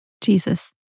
Jesus